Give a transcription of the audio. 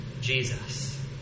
Jesus